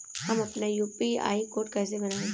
हम अपना UPI code कैसे बनाएँ?